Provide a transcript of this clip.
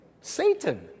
Satan